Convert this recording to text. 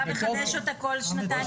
את צריכה לחדש אותה כל שנתיים.